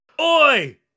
Oi